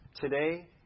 Today